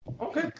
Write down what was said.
Okay